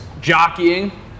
jockeying